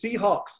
Seahawks